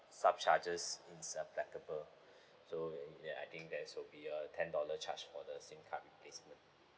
sub charges is applicable so ya I think that will be a ten dollar charge for the SIM card replacement